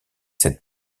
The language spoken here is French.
cette